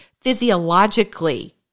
physiologically